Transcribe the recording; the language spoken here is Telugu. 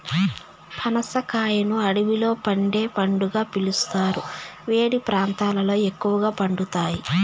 పనస కాయను అడవిలో పండే పండుగా పిలుస్తారు, వేడి ప్రాంతాలలో ఎక్కువగా పండుతాయి